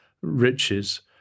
riches